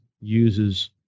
uses